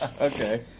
Okay